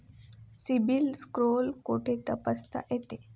CIBIL score कुठे तपासता येतो?